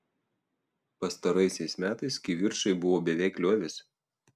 pastaraisiais metais kivirčai buvo beveik liovęsi